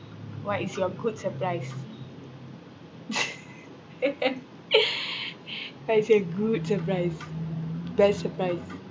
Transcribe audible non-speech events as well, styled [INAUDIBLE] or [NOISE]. what is your good surprise [LAUGHS] what is your good surprise best surprise